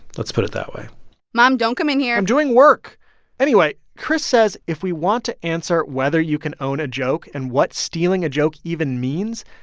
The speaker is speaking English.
let's put it that way mom, don't come in here i'm doing work anyway, chris says if we want to answer whether you can own a joke and what stealing a joke even means,